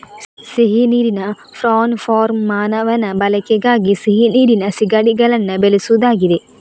ಸಿಹಿ ನೀರಿನ prawn farm ಮಾನವನ ಬಳಕೆಗಾಗಿ ಸಿಹಿ ನೀರಿನ ಸೀಗಡಿಗಳನ್ನ ಬೆಳೆಸುದಾಗಿದೆ